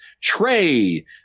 Trey